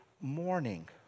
morning